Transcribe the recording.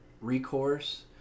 recourse